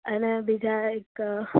અને બીજા એક